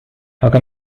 aga